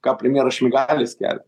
ką premjeras šmigalis kelia